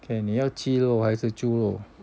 okay 你要鸡肉还是猪肉